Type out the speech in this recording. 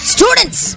Students